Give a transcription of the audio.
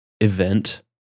event